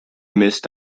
missed